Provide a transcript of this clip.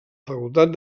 facultat